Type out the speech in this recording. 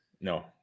no